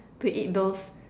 to eat those